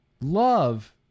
love